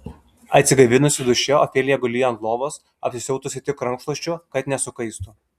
atsigaivinusi duše ofelija gulėjo ant lovos apsisiautusi tik rankšluosčiu kad nesukaistų